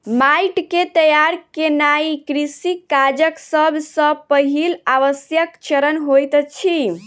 माइट के तैयार केनाई कृषि काजक सब सॅ पहिल आवश्यक चरण होइत अछि